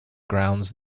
grounds